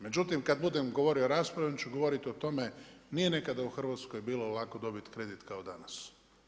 Međutim, kad budem govorio u raspravi, onda ću govoriti o tome, nije nekada u Hrvatskoj bilo lako dobiti kredit kao danas.